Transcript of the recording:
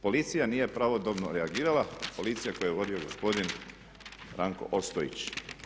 Policija nije pravodobno reagirala, policija koju je vodio gospodin Ranko Ostojić.